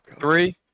Three